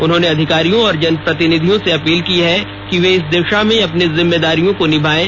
उन्होंने अधिकारियों और जनप्रतिनिधियों से अपील की है कि वे इस दिशा में अपनी जिम्मेदारियों को निभाएं